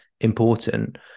important